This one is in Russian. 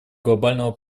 глобального